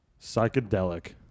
Psychedelic